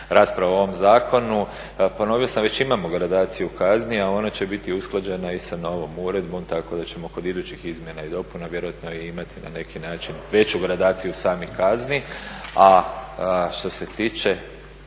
raspravu o ovom zakonu. Ponovio sam već imamo gradaciju kazni, a one će biti usklađene i sa novom uredbom tako da ćemo kod idućih izmjena i dopuna vjerojatno imati na neki način veću gradaciju samih kazni. A što se tiče